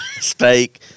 Steak